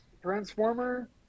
transformer